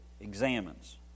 examines